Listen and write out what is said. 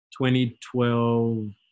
2012